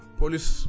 police